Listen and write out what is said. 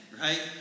right